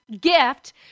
gift